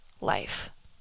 life